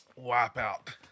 Wipeout